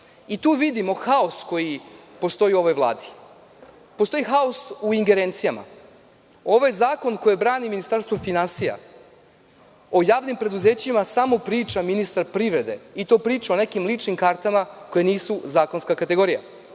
Tu vidimo haos koji postoji u ovoj vladi. Postoji haos i ingerencijama. Ovaj zakon koji brani Ministarstvo finansija, o javnim preduzećima priča samo ministar privrede i to priča o nekim ličnim kartama koje nisu zakonska kategorija.